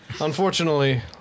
unfortunately